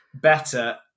better